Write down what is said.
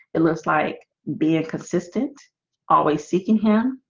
it looks like being a consistent always seeking him